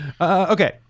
Okay